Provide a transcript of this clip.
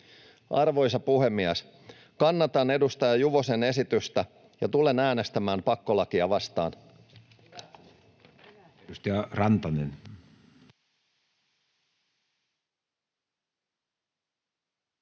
Arvoisa puhemies! Kannatan edustaja Juvosen esitystä ja tulen äänestämään pakkolakia vastaan.